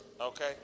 Okay